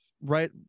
right